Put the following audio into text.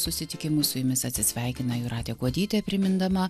susitikimų su jumis atsisveikina jūratė kuodytė primindama